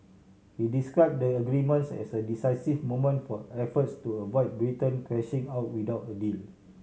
he described the agreements as a decisive moment for efforts to avoid Britain crashing out without a deal